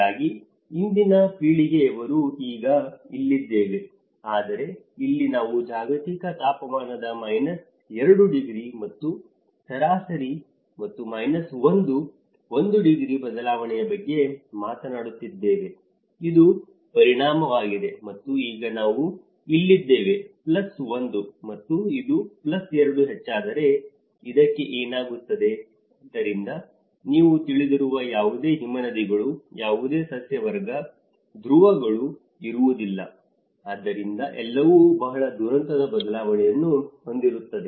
ಹಾಗಾಗಿ ಇಂದಿನ ಪೀಳಿಗೆಯವರು ಈಗ ಇಲ್ಲಿದ್ದೇವೆ ಆದರೆ ಇಲ್ಲಿ ನಾವು ಜಾಗತಿಕ ತಾಪಮಾನದ ಮೈನಸ್ 2 ಡಿಗ್ರಿ ಮತ್ತು ಸರಾಸರಿ ಮತ್ತು ಮೈನಸ್ 1 1 ಡಿಗ್ರಿ ಬದಲಾವಣೆಯ ಬಗ್ಗೆ ಮಾತನಾಡುತ್ತಿದ್ದೇವೆ ಇದು ಪರಿಣಾಮವಾಗಿದೆ ಮತ್ತು ಈಗ ನಾವು ಇಲ್ಲಿದ್ದೇವೆ ಪ್ಲಸ್ 1 ಮತ್ತು ಅದು ಪ್ಲಸ್ 2 ಹೆಚ್ಚಾದರೆ ಇದಕ್ಕೆ ಏನಾಗುತ್ತದೆ ಆದ್ದರಿಂದ ನೀವು ತಿಳಿದಿರುವ ಯಾವುದೇ ಹಿಮನದಿಗಳು ಯಾವುದೇ ಸಸ್ಯವರ್ಗ ಧ್ರುವಗಳು ಇರುವುದಿಲ್ಲ ಆದ್ದರಿಂದ ಎಲ್ಲವೂ ಬಹಳ ದುರಂತದ ಬದಲಾವಣೆಯನ್ನು ಹೊಂದಿರುತ್ತದೆ